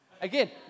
Again